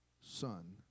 son